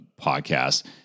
podcast